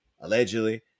allegedly